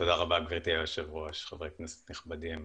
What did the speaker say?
תודה רבה, גברתי היושבת-ראש, חברי כנסת נכבדים.